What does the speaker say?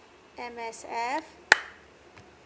M_S_F